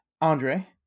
Andre